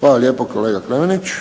Hvala lijepo kolega Klemenić.